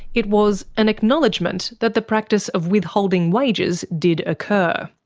it was an acknowledgement that the practice of withholding wages did occur.